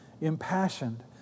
impassioned